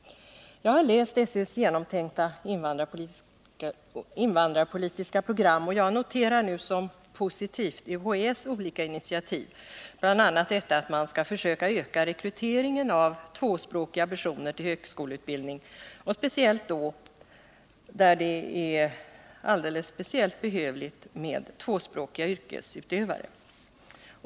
Jag har läst SÖ:s genomtänkta invandrarpolitiska program, och jag noterar nu som positivt UHÄ:s olika initiativ, bl.a. att man skall försöka öka rekryteringen av tvåspråkiga personer till högskoleutbildningen, särskilt till utbildningen för yrken där tvåspråkighet är alldeles speciellt behövlig.